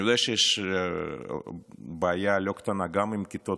אני יודע שיש בעיה לא קטנה גם עם כיתות